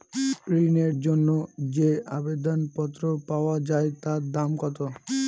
ঋণের জন্য যে আবেদন পত্র পাওয়া য়ায় তার দাম কত?